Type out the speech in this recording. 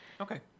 Okay